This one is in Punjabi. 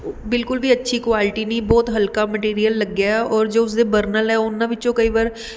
ਬਿਲਕੁਲ ਵੀ ਅੱਛੀ ਕੁਆਲਿਟੀ ਨਹੀਂ ਬਹੁਤ ਹਲਕਾ ਮਟੀਰੀਅਲ ਲੱਗਿਆ ਔਰ ਜੋ ਉਸਦੇ ਬਰਨਲ ਹੈ ਉਹਨਾਂ ਵਿੱਚੋਂ ਕਈ ਵਾਰ